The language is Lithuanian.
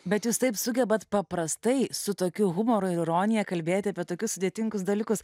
bet jūs taip sugebate paprastai su tokiu humoru ironija kalbėti apie tokius sudėtingus dalykus